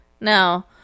Now